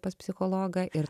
pas psichologą ir